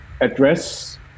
address